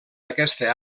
aquesta